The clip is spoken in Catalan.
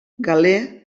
galè